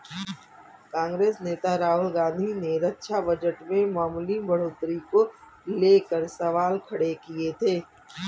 कांग्रेस नेता राहुल गांधी ने रक्षा बजट में मामूली बढ़ोतरी को लेकर सवाल खड़े किए थे